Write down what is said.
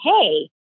hey